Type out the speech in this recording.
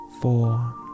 four